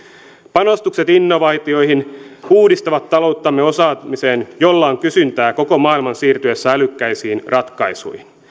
panostukset innovaatioihin uudistavat talouttamme osaamiseen jolla on kysyntää koko maailman siirtyessä älykkäisiin ratkaisuihin